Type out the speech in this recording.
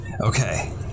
Okay